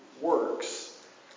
works